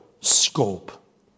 scope